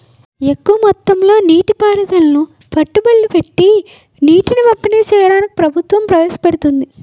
ఎక్కువ మొత్తంలో నీటి పారుదలను పెట్టుబడులు పెట్టీ నీటిని పంపిణీ చెయ్యడాన్ని ప్రభుత్వం ప్రవేశపెడుతోంది